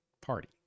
party